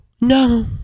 No